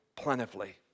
plentifully